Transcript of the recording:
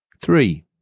Three